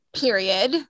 period